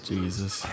Jesus